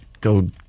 go